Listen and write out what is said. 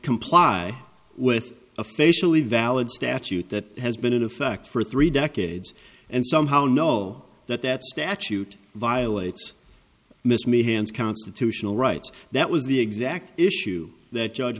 comply with a facially valid statute that has been in effect for three decades and somehow know that that statute violates missed me hands constitutional rights that was the exact issue that judge